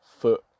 foot